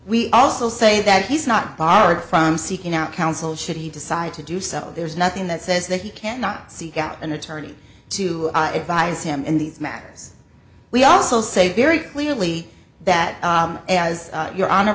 we also say that he's not barred from seeking out counsel should he decide to do so there's nothing that says that he cannot seek out an attorney to advise him in these matters we also say very clearly that as your honor